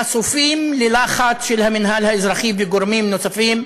חשופים ללחץ של המינהל האזרחי וגורמים נוספים.